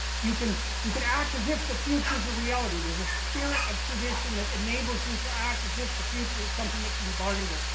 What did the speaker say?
you can you can act as if the future is a reality. there's a spirit of tradition that enables you to act as if the future is something that can be bargained with.